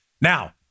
Now